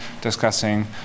discussing